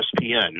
ESPN